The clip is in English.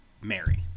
Mary